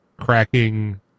cracking